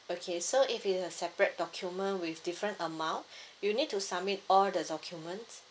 okay so if it's a separate document with different amount you need to submit all the documents